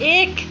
एक